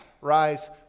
rise